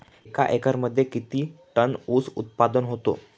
एका एकरमध्ये किती टन ऊस उत्पादन होतो?